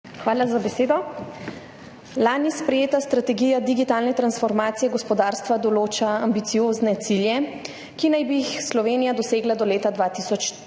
Hvala za besedo. Lani sprejeta Strategija digitalne transformacije gospodarstva določa ambiciozne cilje, ki naj bi jih Slovenija dosegla do leta 2030.